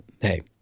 hey